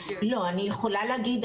אני יכולה להגיד.